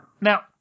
Now